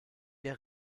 der